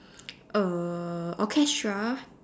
uh orchestra